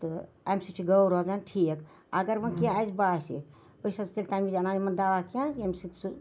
تہٕ امہِ سۭتۍ چھِ گٲو روزان ٹھیٖک اَگَر ؤنۍ کینٛہہ اَسہِ باسہِ أسۍ حظ چھِ تیٚلہِ تمہِ وِزِ اَنان یِمَن دَوا کینٛہہ ییٚمہِ سۭتۍ سُہ